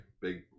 big